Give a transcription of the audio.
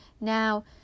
Now